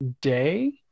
day